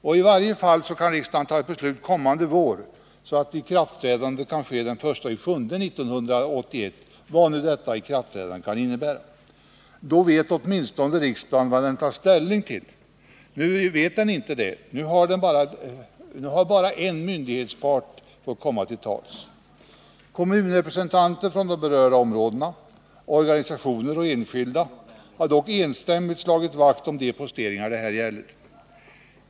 I varje fall kan riksdagen fatta beslut kommande vår, så att ett ikraftträdande kan ske den 1 juli 1981 — vad nu detta ikraftträdande kan innebära. Då vet åtminstone riksdagen vad den tar ställning till. Nu vet den inte det. Nu har bara en myndighetspart fått komma till tals. Kommunrepresentanter från de berörda områdena, organisationer och enskilda har dock enstämmigt slagit vakt om de posteringar det här gäller.